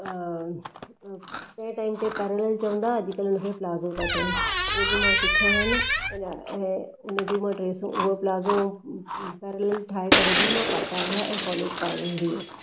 तंहिं टाइम ते पैरलर चवंदा अॼु कल्ह हुन खे प्लाज़ो था चवनि उहे बि मां सिखिया आहिनि हुन जा मां ड्रैसूं उहो प्लाज़ो पैरलर ठाहे करे बि मां पाता हुया ऐं कॉलेज पाए वेंदी हुयसि